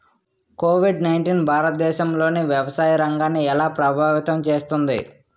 Covid nineteen భారతదేశంలోని వ్యవసాయ రంగాన్ని ఎలా ప్రభావితం చేస్తుంది?